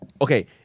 okay